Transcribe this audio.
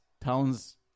Towns